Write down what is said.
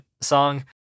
song